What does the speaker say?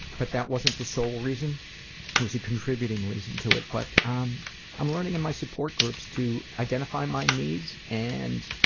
but that wasn't the sole reason it was a contributing reason to it. but um i'm learning in my support groups to identify my needs and